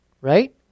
Right